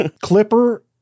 clipper